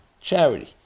charity